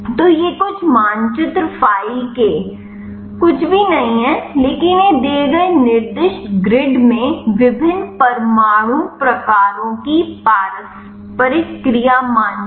तो ये कुछ मानचित्र फ़ाइल के कुछ भी नहीं हैं लेकिन ये दिए गए निर्दिष्ट ग्रिड में विभिन्न परमाणु प्रकारों की पारस्परिक क्रिया मानचित्रण हैं